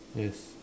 yes